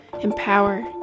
empower